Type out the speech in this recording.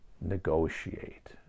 negotiate